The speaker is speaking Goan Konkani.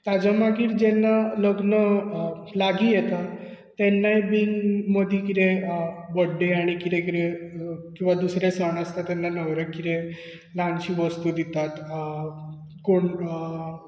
ताजे मागीर जेन्ना लग्न अ लागी येता तेन्नाय बीन मदी कितें अ बड्डे आनी कितें कितें अ वा दुसरे सण आसता तेन्ना न्हवऱ्याक कितें ल्हानशी वस्तू दितात आ कोण आ